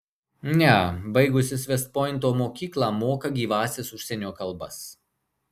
ne baigusis vest pointo mokyklą moka gyvąsias užsienio kalbas